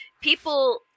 people